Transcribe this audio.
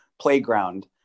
playground